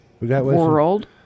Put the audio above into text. world